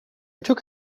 took